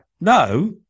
no